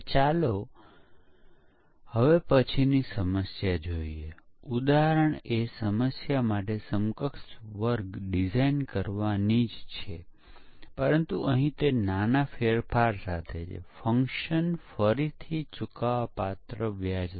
નવા નવા પ્રોગ્રામિંગ ઉદાહરણ આવી રહ્યા છે જેમ કે વેબ આધારિત સોફ્ટવેર અથવા મોબાઇલ ફોન પર ચાલતા સોફ્ટવેર જેવા ઘણા બધા ટૂલ્સ આવ્યા છે